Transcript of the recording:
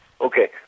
Okay